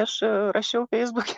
aš rašiau feisbuke